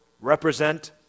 represent